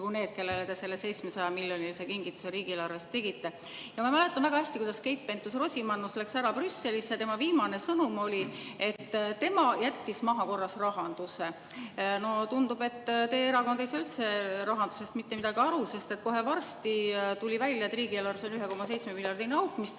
nagu need, kellele te 700-miljonilise kingituse riigieelarvest tegite. Ma mäletan väga hästi, kui Keit Pentus-Rosimannus läks ära Brüsselisse, siis tema viimane sõnum oli, et tema jättis maha korras rahanduse. Tundub, et teie erakond ei saa üldse rahandusest midagi aru, sest kohe varsti tuli välja, et riigieelarves on 1,7-miljardiline auk, mis tekkis